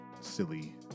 silly